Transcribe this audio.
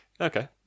Okay